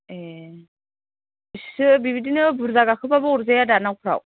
ए इसे बेबायदिनो बुरजा गाखोबाबो अरजायादा नावफ्राव